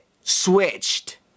switched